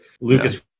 lucas